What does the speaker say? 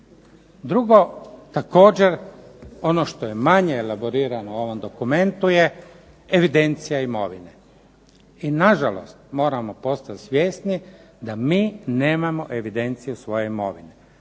Drugo, također ono što je manje elaborirano u ovom dokumentu je evidencija imovine. I nažalost moramo postati svjesni da mi nemamo evidenciju svoje imovine.